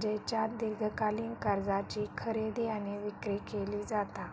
ज्येच्यात दीर्घकालीन कर्जाची खरेदी आणि विक्री केली जाता